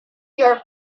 your